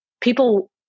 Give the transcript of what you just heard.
people